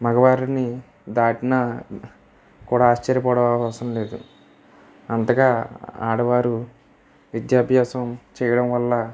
మగవారిని దాటినా కూడా ఆశ్చర్య పోవనవసరం లేదు అంతగా ఆడవారు విద్యాభ్యాసం చేయడం వల్ల